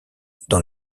dans